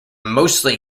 mostly